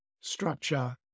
structure